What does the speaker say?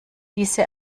diese